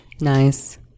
Nice